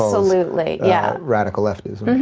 absolutely. yeah radical leftism. yeah